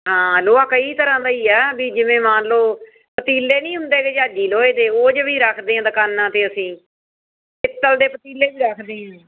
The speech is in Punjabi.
ਹਾਂ ਲੋਹਾ ਕਈ ਤਰ੍ਹਾਂ ਦਾ ਹੀ ਆ ਬਈ ਜਿਵੇਂ ਮੰਨ ਲਓ ਪਤੀਲੇ ਨਹੀਂ ਹੁੰਦੇ ਜਾਜੀ ਲੋਹੇ ਦੇ ਉਹ 'ਚ ਬਈ ਰੱਖਦੇ ਆ ਦੁਕਾਨਾਂ 'ਤੇ ਅਸੀਂ ਪਿੱਤਲ ਦੇ ਪਤੀਲੇ ਵੀ ਰੱਖਦੇ ਹਾਂ